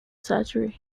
surgery